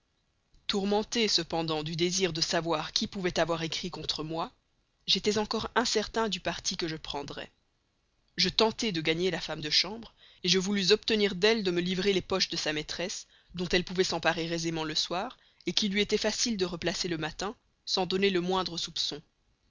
tourmenté cependant du désir de savoir qui pouvait avoir écrit contre moi j'étais encore incertain du parti que je prendrais je tentai de gagner la femme de chambre je voulus obtenir d'elle de me livrer les poches de sa maîtresse dont elle pouvait s'emparer aisément le soir qu'il lui était facile de replacer le matin sans donner le moindre soupçon